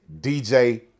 DJ